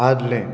आदलें